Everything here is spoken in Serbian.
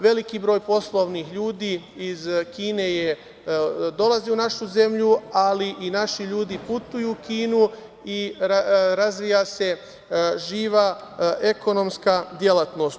Veliki broj poslovnih ljudi iz Kine je dolazio u našu zemlju, ali i naši ljudi putuju u Kinu i razvija se živa ekonomska delatnost.